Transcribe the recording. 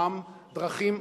או פספסו.